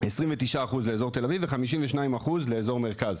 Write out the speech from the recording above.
29% לאזור תל אביב, ו-52% לאזור מרכז.